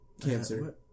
cancer